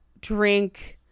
drink